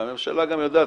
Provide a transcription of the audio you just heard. והממשלה גם יודעת,